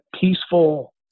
peaceful